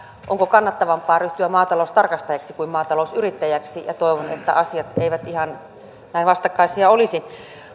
onko kannattavampaa ryhtyä maataloustarkastajaksi kuin maatalousyrittäjäksi toivon että asiat eivät ihan näin vastakkaisia olisi